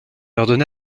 ordonna